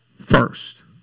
first